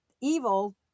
evil